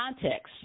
context